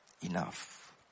enough